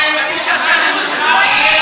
ומי, אורן, זה לא משנה.